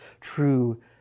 true